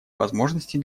возможности